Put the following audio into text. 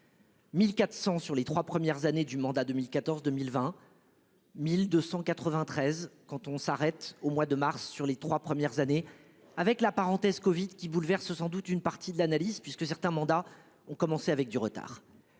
1400 sur les 3 premières années du mandat 2014 2020. 1293. Quand on s'arrête au mois de mars. Sur les 3 premières années avec la parenthèse Covid qui bouleverse sans doute une partie de l'analyse puisque certains mandats ont commencé avec du retard.